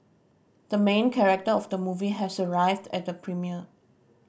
the main character of the movie has arrived at the premiere